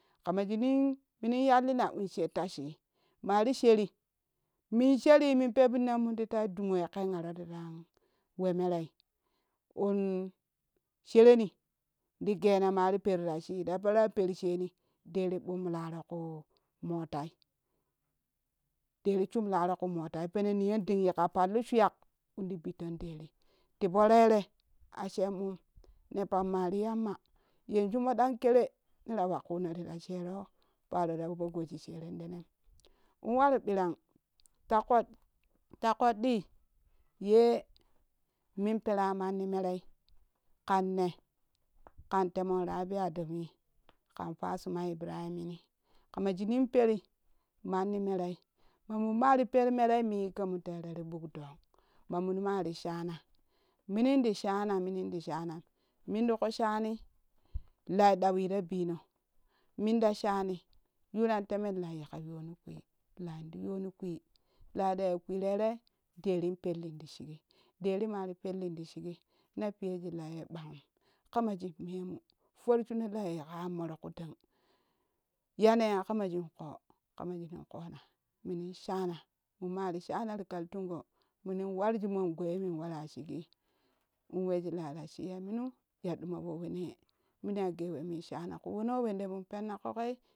Ƙaama shiinin minin yallina insheta shii maari sherii min sherii min pebinnenmun ti tai duhoye kengha roo ti taa we mereo un shereni ti gena mai peru rashi ta pera peru sheni deri ɓumlaroo kuu motai deri sumlaro kuu motai pen niyonding yika pallu shuyak indi bitton direi tipo rere a shenma ne pamma ti yamma yanju moɗar kere neɗe wakuuno ti shero paro tapo goji sherendenem in waru ɓirang ta ƙoɗɗii ye min pera manni merei ƙanne ƙan teman rabi adamu ƙan fatsuma ibrahim hami ƙana shunii in peri manni merei min maari permerei min yik kemu tere ti muk dong mamen mari shana minin ti shana minin ti shana mintikun shani lai ɗawi ta bino minta shani yurkan temen lai yuka kpii lai ti yoni ƙpii lai ta ya kpii rere denin pellin to shigi deri maro pellin ti shigi na pere shag lak ɓanghim kama shin memu farshuna lai yika ammoro ku deng yaneya ƙamashuun ƙoo kama shuunin ƙona minin shana man mari shana ti kaltungo munun warshir mongbaiye mun wara shigii in we shi lai rashi ya manu ya ɗuma wo wene munuya ge we mun shana kuui wono wende mun penna ƙoƙoi